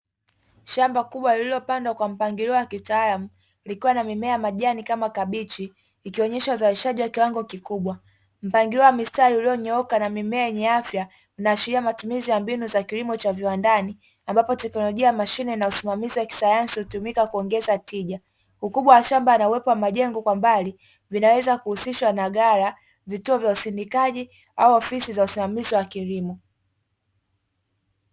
Shamba kubwa lililopandwa kwa mpangilio wa kitaalamu, likiwa na mimea ya majani kama kabichi, ikionyesha uzalishaji wa kiwango kikubwa, mpangilio wa mistari iliyonyooka na mimea yenye afya inaashiria matumizi ya mbinu za kilimo cha viwandani ambapo teknolojia ya mashine na usimamizi wa kisayansi hutumika kuongeza tija, ukubwa wa shamba na uwepo wa majengo kwa mbali vinaweza kuhusishwa na ghala, vituo vya usindikaji au ofisi za usimamizi wa kilimo.